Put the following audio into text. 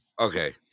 Okay